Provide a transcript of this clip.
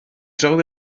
draw